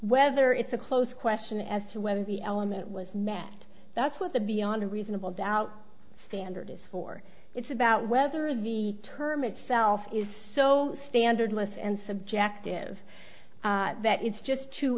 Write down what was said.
whether it's a close question as to whether the element was met that's what the beyond a reasonable doubt standard is for it's about whether the term itself is so standardless and subjective that it's just too